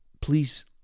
please